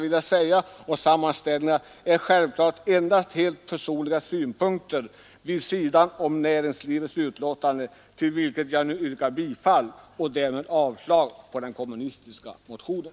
Dessa sammanställningar anger självfallet endast helt personliga synpunkter vid sidan av näringsutskottets betänkande, till vilket jag nu yrkar bifall och därmed avslag på den kommunistiska motionen.